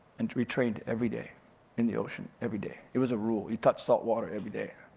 and we trained every day in the ocean. every day, it was a rule. we touch salt water every day.